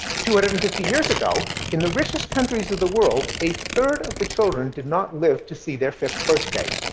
two hundred and fifty years ago, in the richest countries of the world, a third of the children did not live to see their fifth birthday,